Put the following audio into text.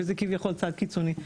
שזה כביכול צעד קיצוני,